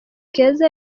keza